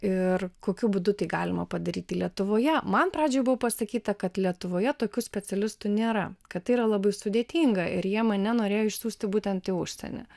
ir kokiu būdu tai galima padaryti lietuvoje man pradžioje buvo pasakyta kad lietuvoje tokių specialistų nėra kad tai yra labai sudėtinga ir jie mane norėjo išsiųsti būtent į užsienį